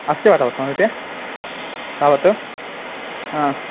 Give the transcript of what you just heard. अस्ति वा तव समीपे तावत् हा